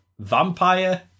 Vampire